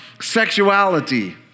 sexuality